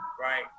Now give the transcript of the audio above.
right